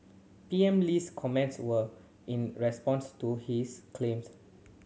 P M Lee's comments were in response to his claims